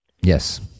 Yes